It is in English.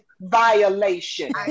violation